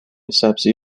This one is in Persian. سبزی